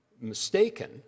mistaken